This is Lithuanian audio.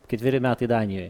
ketveri metai danijoje